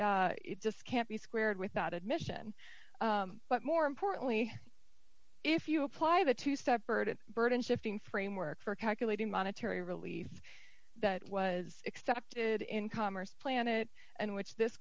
right it just can't be squared with that admission but more importantly if you apply the two separate burden shifting framework for calculating monetary release that was accepted in commerce planet and which this